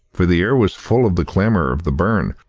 for the air was full of the clamour of the burn,